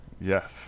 Yes